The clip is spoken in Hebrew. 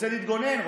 רוצה להתגונן,